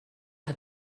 hat